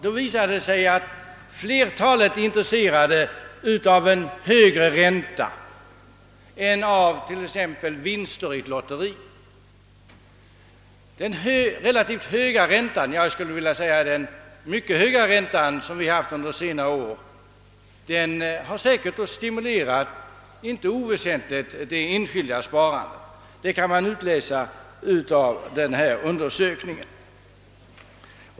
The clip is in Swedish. Det visar sig att flertalet är mer intresserade av en högre ränta än av t.ex. vinster i ett lotteri. Den mycket höga ränta som vi haft under senare år har säkerligen inte oväsentligt stimulerat det enskilda sparandet. Detta kan utläsas ur undersökningen.